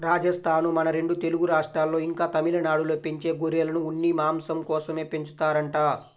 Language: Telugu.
రాజస్థానూ, మన రెండు తెలుగు రాష్ట్రాల్లో, ఇంకా తమిళనాడులో పెంచే గొర్రెలను ఉన్ని, మాంసం కోసమే పెంచుతారంట